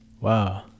Wow